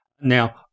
Now